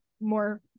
more